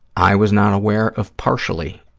i was not aware of partially